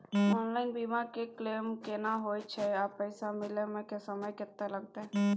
Online बीमा के claim केना होय छै आ पैसा मिले म समय केत्ते लगतै?